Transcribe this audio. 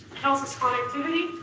tells us connectivity.